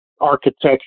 architecture